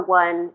one